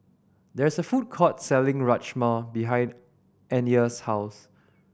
there is a food court selling Rajma behind Anya's house